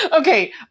Okay